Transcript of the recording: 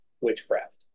witchcraft